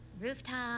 rooftop